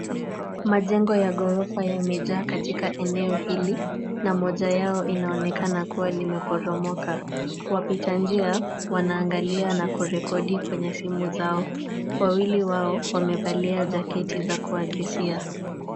Majengo ya ghorofa yamejaa katika eneo hili na moja yao inaonekana kuwa limeporomoka. Wapita njia wanaangalia na kurekodi kwenye simu zao. Wawili wao wamevalia jaketi za kuakisia.